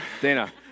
Dana